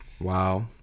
Wow